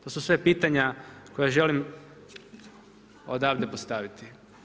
To su sve pitanja koja želim odavde postaviti.